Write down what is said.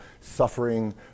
suffering